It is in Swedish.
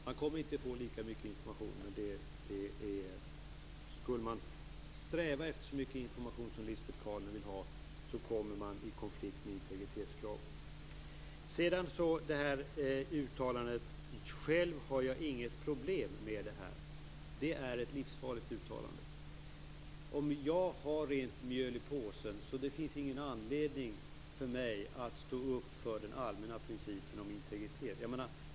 Man kommer inte att få lika mycket information, men om man strävar efter så mycket information som Lisbet Calner gör kommer man i konflikt med integritetskraven. Lisbet Calner sade att hon själv inte har något problem med integritetsfrågan. Det är ett livsfarligt uttalande. Det innebär att det inte finns någon anledning för mig att stå upp för den allmänna principen om integritet om jag har rent mjöl i påsen.